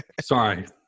Sorry